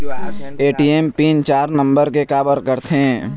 ATM PIN चार number के काबर करथे?